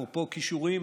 אפרופו כישורים,